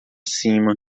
cima